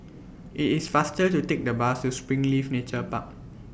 IT IS faster to Take The Bus to Springleaf Nature Park